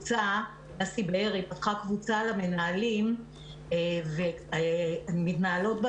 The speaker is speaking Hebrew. דסי בארי פתחה קבוצה למנהלים ומתנהלות בה